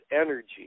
energy